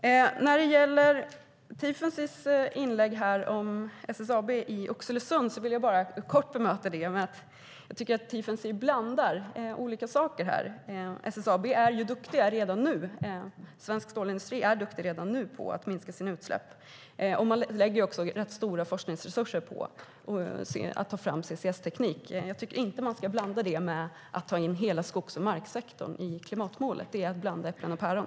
Jag vill kort bemöta Roger Tiefensees inlägg om SSAB i Oxelösund. Jag tycker att Tiefensee blandar olika saker här. SSAB och svensk stålindustri är redan nu duktiga på att minska sina utsläpp. Man lägger också rätt stora forskningsresurser på att ta fram CCS-teknik. Jag tycker inte att man ska blanda ihop det med att ta in hela skogs och marksektorn i klimatmålet. Det är att blanda äpplen och päron.